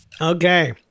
Okay